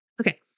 Okay